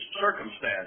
circumstances